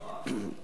נכון.